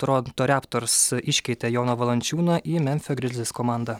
toronto reptors iškeitė joną valančiūną į memfio grizlis komandą